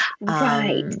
Right